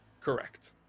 Correct